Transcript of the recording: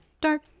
dark